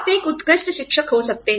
आप एक उत्कृष्ट शिक्षक हो सकते हैं